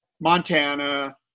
Montana